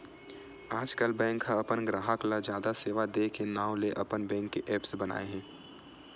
आजकल बेंक ह अपन गराहक ल जादा सेवा दे के नांव ले अपन बेंक के ऐप्स बनाए हे